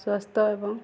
ସ୍ୱାସ୍ଥ୍ୟ ଏବଂ